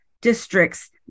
districts